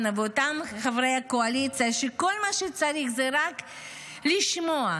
ואותם חברי הקואליציה שכל מה שצריך זה רק לשמוע,